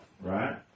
right